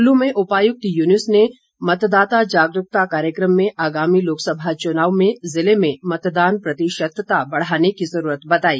कुल्लू में उपायुक्त युनूस ने मतदाता जागरूकता कार्यक्रम में आगामी लोकसभा चुनाव में जिले में मतदान प्रतिशतता बढ़ाने की जरूरत बताई